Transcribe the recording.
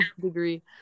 degree